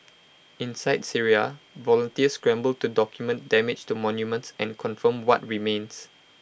inside Syria volunteers scramble to document damage to monuments and confirm what remains